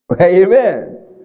amen